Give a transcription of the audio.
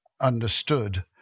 understood